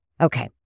Okay